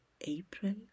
April